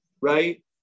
right